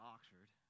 Oxford